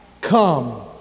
come